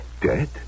Dead